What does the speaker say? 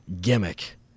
gimmick